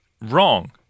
wrong